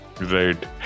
right